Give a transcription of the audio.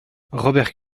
robert